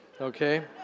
Okay